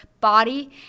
body